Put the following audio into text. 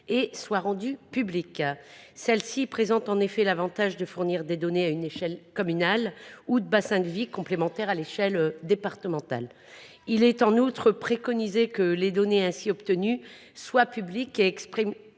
soit rendu public. Ces analyses présentent en effet l’avantage de fournir des données à l’échelle communale ou à celle du bassin de vie, complémentaires de l’échelle départementale. Il est en outre préconisé que les données ainsi obtenues soient publiques et expressément